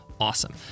awesome